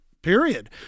Period